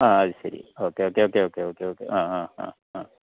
ആ അത് ശരി okay okay okay okay okay okay ആ ആ ആ ആ